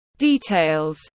details